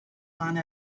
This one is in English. one